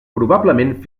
probablement